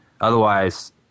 Otherwise